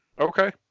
Okay